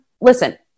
Listen